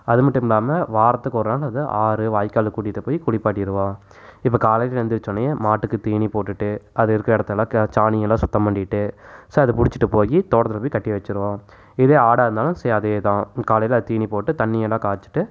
அது மட்டும் இல்லாமல் வாரத்துக்கு ஒரு நாள் அதை ஆறு வாய்க்கால் கூட்டிட்டு போய் குளிப்பாட்டிடுவோம் இப்போ காலையில எந்திரிச்சோடனே மாட்டுக்கு தீனி போட்டுட்டு அது இருக்கிற இடத்துலாம் சாணியெல்லாம் சுத்தம் பண்ணிட்டு ஸோ அதை பிடிச்சிட்டு போய் தோட்டத்தில் போய் கட்டி வச்சிடுவோம் இதே ஆடாக இருந்தாலும் சே அதேதான் காலையில தீனி போட்டு தண்ணியெல்லாம் காமிச்சிட்டு